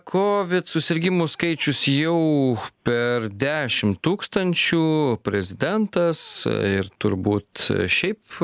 kovid susirgimų skaičius jau per dešimt tūkstančių prezidentas ir turbūt šiaip